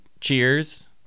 Cheers